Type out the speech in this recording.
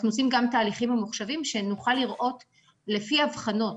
אנחנו עושים גם תהליכים ממוחשבים שנוכל לראות לפי הבחנות.